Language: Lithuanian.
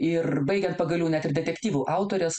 ir baigiant pagaliau net ir detektyvų autorės